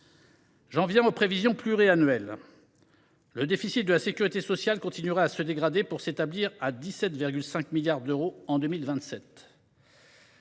J’en viens aux prévisions pluriannuelles. Le déficit de la sécurité sociale continuerait à se dégrader pour s’établir à 17,5 milliards d’euros en 2027.